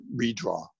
redraw